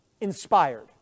inspired